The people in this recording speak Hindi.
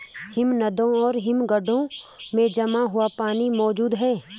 हिमनदों और हिमखंडों में जमा हुआ पानी मौजूद हैं